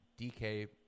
DK